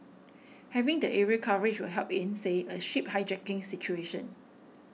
having the aerial coverage will help in say a ship hijacking situation